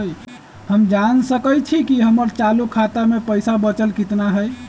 हम जान सकई छी कि हमर चालू खाता में पइसा बचल कितना हई